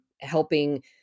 helping